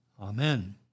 Amen